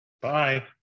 bye